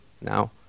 now